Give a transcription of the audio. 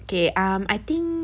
K um I think